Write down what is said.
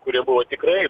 kurie buvo tikrai